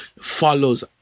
follows